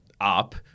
up